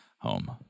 home